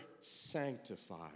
sanctified